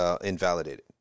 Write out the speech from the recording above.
invalidated